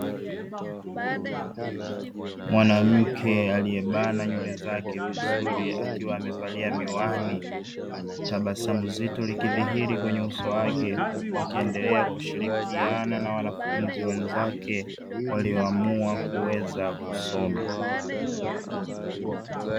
Mwanamke aliyebana nywele zake vizuri akiwa amevalia miwani tabasamu zito likidhihiri kwenye uso wake, huku akiendelea kushirikiana na wanafunzi wenzake walioamua kuweza kusoma.